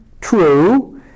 true